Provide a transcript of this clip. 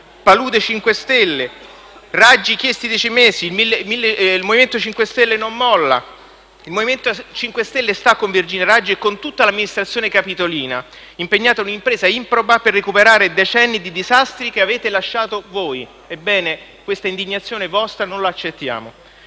«Palude 5 Stelle»; «Raggi, chiesti dieci mesi»; «Il MoVimento 5 Stelle non molla». Il MoVimento 5 Stelle sta con Virginia raggi e con tutta l'amministrazione capitolina, impegnata in un'impresa improba per recuperare decenni di disastri che avete lasciato voi. Ebbene, questa vostra indignazione non la accettiamo.